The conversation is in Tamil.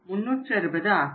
360 ஆகும்